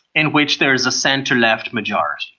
in which there is a centre left majority.